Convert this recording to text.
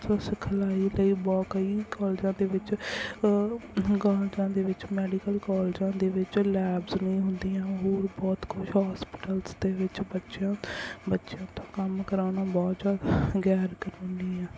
ਜੋ ਸਿਖਲਾਈ ਲਈ ਬਹੁਤ ਕਈ ਕਾਲਜਾਂ ਦੇ ਵਿੱਚ ਕਾਲਜਾਂ ਦੇ ਵਿੱਚ ਮੈਡੀਕਲ ਕਾਲਜਾਂ ਦੇ ਵਿੱਚ ਲੈਬਸ ਨਹੀਂ ਹੁੰਦੀਆਂ ਹੋਰ ਬਹੁਤ ਕੁਛ ਆ ਹੋਸਪੀਟਲਸ ਦੇ ਵਿੱਚ ਬੱਚਿਆਂ ਬੱਚਿਆਂ ਤੋਂ ਕੰਮ ਕਰਵਾਉਣਾ ਬਹੁਤ ਜ਼ਿਆਦਾ ਗੈਰ ਕਾਨੂੰਨੀ ਆ